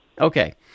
Okay